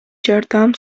жардам